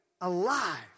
alive